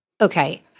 okay